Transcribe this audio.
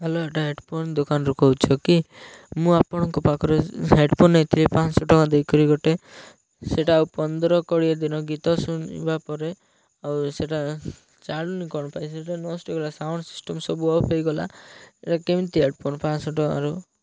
hello ଏଇଟା headphone ଦୋକାନରୁ କହୁଛ କି ମୁଁ ଆପଣଙ୍କ ପାଖରୁ ହେଡ଼ଫୋନ୍ ନେଇଥିଲି ପାଞ୍ଚଶହ ଟଙ୍କା ଦେଇକରି ଗୋଟେ ସେଇଟା ଆଉ ପନ୍ଦର କୋଡ଼ିଏ ଦିନ ଗୀତ ଶୁଣିବା ପରେ ଆଉ ସେଇଟା ଚାଲୁନି କ'ଣ ପାଇଁ ସେଇଟା ନଷ୍ଟ ହେଇଗଲା ସାଉଣ୍ଡ ସିଷ୍ଟମ ସବୁ ଅଫ୍ ହେଇଗଲା ଏଇଟା କେମିତି ହେଡ଼ଫୋନ୍ ପାଞ୍ଚଶହ ଟଙ୍କାରୁ